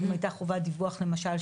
אם הייתה חובת דיווח למשל,